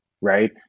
right